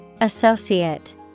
Associate